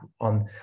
on